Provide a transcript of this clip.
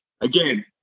again